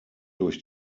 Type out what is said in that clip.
durch